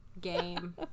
game